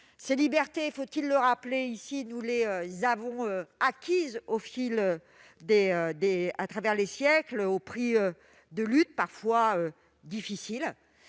Ces libertés- faut-il le rappeler ici ?-, nous les avons acquises à travers les siècles, au prix de luttes parfois difficiles.